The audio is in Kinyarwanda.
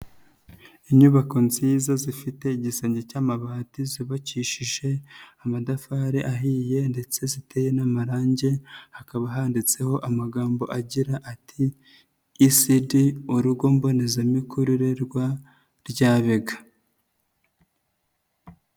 Inyubako nziza zifite igisenge cy'amabati zubabakishije amadafari ahiye ndetse ziteye n'amarangi, hakaba handitseho amagambo agira ati E.C.D urugo mbonezamikorere rwa Ryabega.